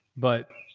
but.